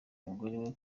umugore